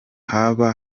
haba